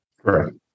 Correct